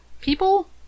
People